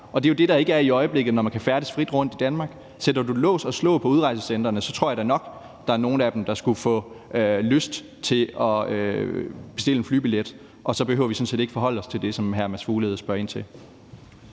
Det er jo det, der ikke er der i øjeblikket, når man kan færdes frit rundt i Danmark. Sætter du lås og slå på udrejsecentrene, tror jeg da nok at der er nogen af dem der skulle få lyst til at bestille en flybillet. Og så behøver vi sådan set ikke forholde os til det, som hr. Mads Fuglede spørger ind til.